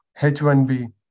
H1B